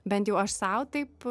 bent jau aš sau taip